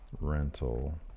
Rental